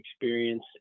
experience